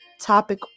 topic